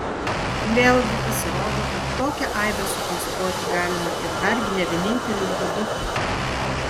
vėlgi pasirodo kad tokią aibę sukonstruoti galima ir dargi ne vieninteliu būdu